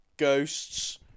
Ghosts